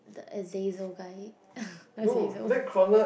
the Azazel guy Azazel